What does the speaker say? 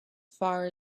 far